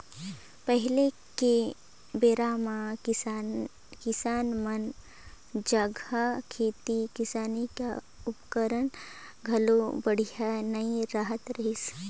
पहिली के बेरा म किसान मन जघा खेती किसानी के उपकरन घलो बड़िहा नइ रहत रहिसे